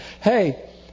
Hey